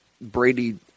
brady